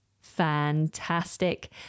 Fantastic